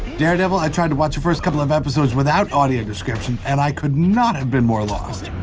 daredevil i tried to watch the first couple of episodes without audio description and i could not have been more lost.